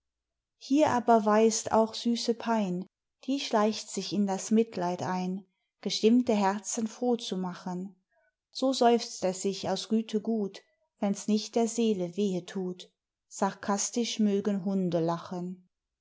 hier aber weist auch süße pein die schleicht sich in das mitleid ein gestimmte herzen froh zu machen so seufzt es sich aus güte gut wenn s nicht der seele wehe thut sarkastisch mögen hunde lachen